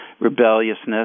rebelliousness